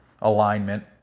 alignment